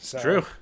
True